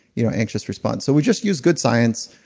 you know anxious response. so we just used good science,